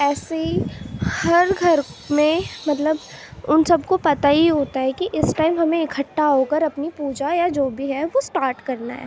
ایسے ہی ہر گھر میں مطلب ان سب کو پتہ ہی ہوتا ہے کہ اس ٹائم ہمیں اکٹھا ہو کر اپنی پوجا یا جو بھی ہے وہ اسٹارٹ کرنا ہے